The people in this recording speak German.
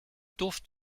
duft